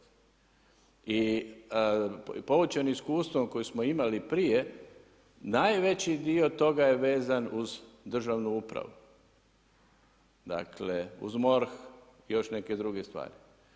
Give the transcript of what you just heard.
I poučen iskustvom koji smo imali prije najveći dio toga je vezan uz državnu upravu, dakle u MORH i još neke druge stvari.